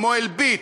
כמו "אלביט",